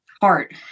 heart